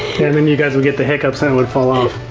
and then you guys will get the hiccups and it would fall off.